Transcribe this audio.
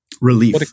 Relief